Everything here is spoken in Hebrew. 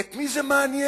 את מי זה מעניין